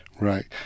Right